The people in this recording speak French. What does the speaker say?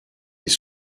des